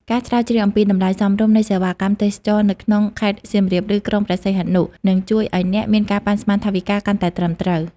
ការស្រាវជ្រាវអំពីតម្លៃមធ្យមនៃសេវាកម្មទេសចរណ៍នៅក្នុងខេត្តសៀមរាប ឬក្រុងព្រះសីហនុ នឹងជួយឱ្យអ្នកមានការប៉ាន់ស្មានថវិកាកាន់តែត្រឹមត្រូវ។